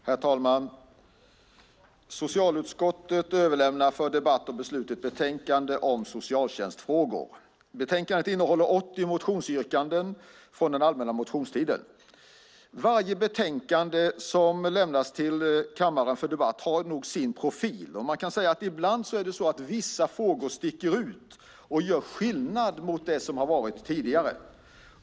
Herr talman! Socialutskottet överlämnar för debatt och beslut ett betänkande om socialtjänstfrågor. Betänkandet innehåller 80 motionsyrkanden från allmänna motionstiden. Varje betänkande som lämnas till kammaren för debatt har sin profil. Ibland sticker vissa frågor ut och gör skillnad mot det som har varit tidigare.